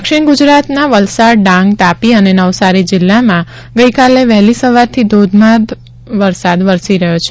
દક્ષિણ ગુજરાતના વલસાડ ડાંગ તાપી અને નવસારી જિલ્લામાં ગઇકાલે વહેલી સવારથી ધોધમાર વરસાદ વરસી રહ્યો છે